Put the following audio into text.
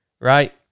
right